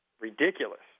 Ridiculous